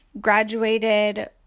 graduated